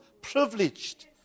privileged